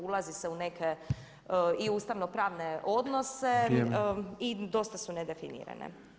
Ulazi se u neke i ustavno-pravne odnose i dosta su nedefinirane.